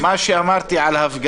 לקראתי.